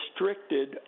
restricted